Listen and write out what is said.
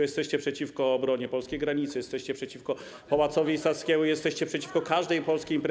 Jesteście przeciwko obronie polskiej granicy, jesteście przeciwko Pałacowi Saskiemu, jesteście przeciwko każdej polskiej imprezie.